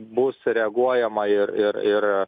bus reaguojama ir ir ir